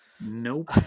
Nope